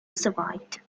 survived